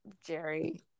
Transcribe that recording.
Jerry